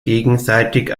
gegenseitig